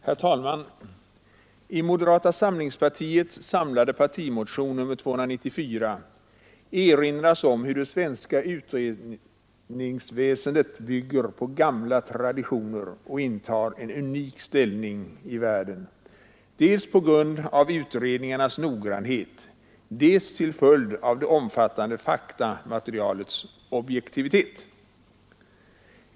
Herr talman! I moderata samlingspartiets samlade partimotion, nr 294, erinras om hur det svenska utredningsväsendet bygger på gamla traditioner och intar en unik ställning i världen, dels på grund av utredningarnas noggrannhet, dels till följd av det omfattande faktamaterialets objektivitet.